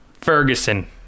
Ferguson